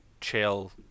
chill